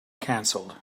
cancelled